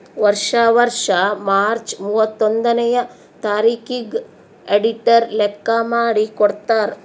ವರ್ಷಾ ವರ್ಷಾ ಮಾರ್ಚ್ ಮೂವತ್ತೊಂದನೆಯ ತಾರಿಕಿಗ್ ಅಡಿಟರ್ ಲೆಕ್ಕಾ ಮಾಡಿ ಕೊಡ್ತಾರ್